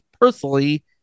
personally